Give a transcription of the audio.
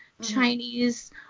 Chinese